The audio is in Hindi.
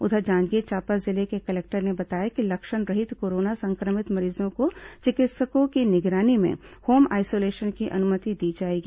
उधर जांजगीर चांपा जिले के कलेक्टर ने बताया कि लक्षणरहित कोरोना संक्रमित मरीजों को चिकित्सकों की निगरानी में होम आइसोलेशन की अनुमति दी जाएगी